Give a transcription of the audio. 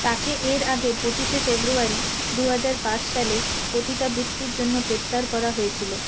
তাকে এর আগে পঁচিশে ফেব্রুয়ারি দু হাজার পাঁচ সালে পতিতাবৃত্তির জন্য গ্রেপ্তার করা হয়েছিলো